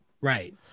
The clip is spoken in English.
Right